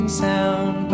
sound